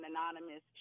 Anonymous